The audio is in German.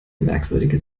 merkwürdige